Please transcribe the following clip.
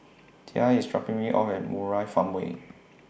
Tia IS dropping Me off At Murai Farmway